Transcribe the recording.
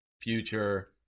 future